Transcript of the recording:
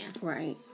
Right